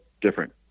different